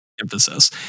Emphasis